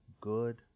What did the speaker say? good